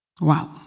Wow